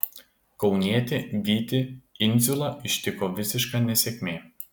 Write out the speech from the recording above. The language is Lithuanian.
kaunietį vytį indziulą ištiko visiška nesėkmė